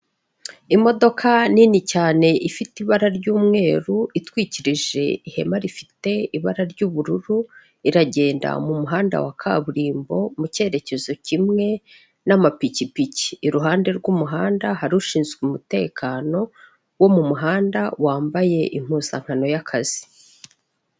Imodoka nini cyane ifite ibara ry'umweru itwikirije ihema rifite ibara ry'ubururu iragenda mu muhanda wa kaburimbo mu cyerekezo kimwe n'amapikipiki, iruhande rw'umuhanda hari ushinzwe umutekano wo mu muhanda wambaye impuzankano y'akazi.